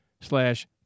slash